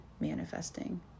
manifesting